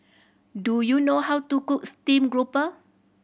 do you know how to cook steam grouper